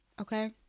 okay